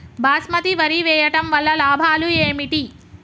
బాస్మతి వరి వేయటం వల్ల లాభాలు ఏమిటి?